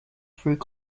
through